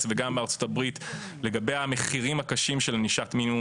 וגם בארצות הברית לגבי המחירים הקשים של ענישת מינימום.